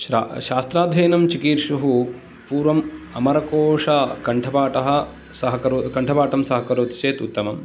शास्त्राध्यनं चिकीर्षुः पूर्वम् अमरकोषकण्ठपाठः सः करो कण्ठपाठं सः करोति चेत् उत्तमम्